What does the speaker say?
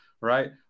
right